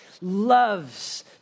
loves